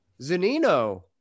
Zanino